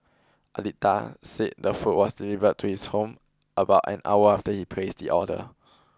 Aditya said the food was delivered to his home about an hour after he placed the order